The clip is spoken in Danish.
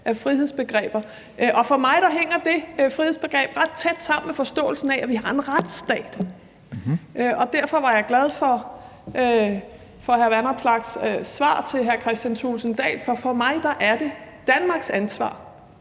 af frihedsbegreber. Og for mig hænger det frihedsbegreb ret tæt sammen med forståelsen af, at vi har en retsstat, og derfor var jeg glad for hr. Alex Vanopslaghs svar til hr. Kristian Thulesen Dahl. For for mig er det Danmarks ansvar